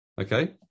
Okay